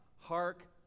Hark